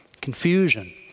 confusion